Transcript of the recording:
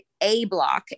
ABLOCK